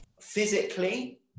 Physically